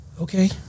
okay